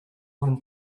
run